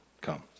Come